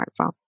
smartphone